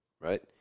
Right